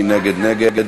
מי שנגד, נגד.